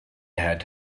had